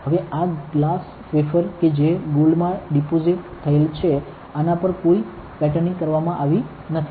હવે આ એક ગ્લાસ વેફર છે જે ગોલ્ડ માં ડિપોસિટ થાયેલ છે આના પર કોઈ પેટર્નિંગ કરવામાં આવી નથી